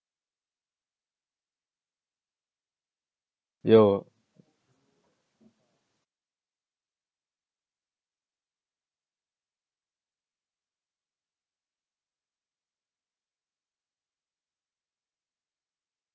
you